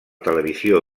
televisió